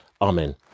Amen